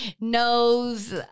knows